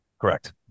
correct